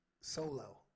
solo